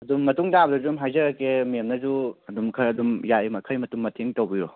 ꯑꯗꯨꯝ ꯃꯇꯨꯡ ꯇꯥꯕꯗꯁꯨ ꯑꯗꯨꯝ ꯍꯥꯏꯖꯔꯛꯀꯦ ꯃꯦꯝꯅꯁꯨ ꯑꯗꯨꯃ ꯈꯔ ꯑꯗꯨꯝ ꯌꯥꯔꯤꯃꯈꯩ ꯃꯗꯨ ꯃꯇꯦꯡ ꯇꯧꯕꯤꯔꯣ